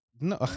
no